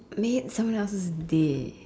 make someone else's day